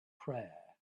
prayer